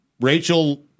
Rachel